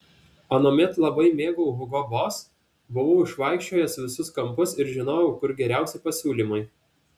anuomet labai mėgau hugo boss buvau išvaikščiojęs visus kampus ir žinojau kur geriausi pasiūlymai